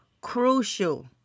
crucial